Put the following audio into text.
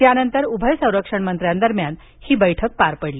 यानंतर उभय संरक्षणमंत्र्यांदरम्यान बैठक झाली